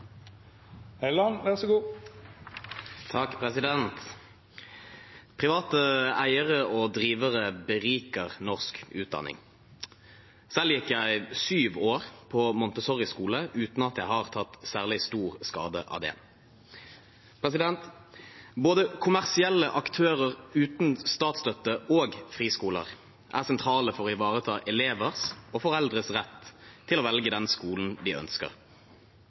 Private eiere og drivere beriker norsk utdanning. Selv gikk jeg syv år på montessoriskole, uten at jeg har tatt særlig stor skade av det. Både kommersielle aktører uten statsstøtte og friskoler er sentrale for å ivareta elevers og foreldres rett til å velge den skolen de ønsker.